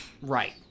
Right